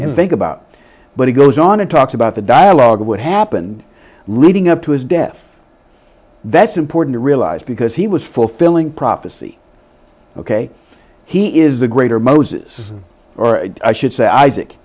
and think about but he goes on and talks about the dialogue what happened leading up to his death that's important to realize because he was fulfilling prophesy ok he is the greater moses or i should say isaac